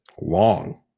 long